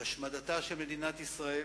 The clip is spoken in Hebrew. להשמיד את מדינת ישראל